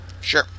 Sure